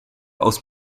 aus